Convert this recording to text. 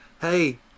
Hey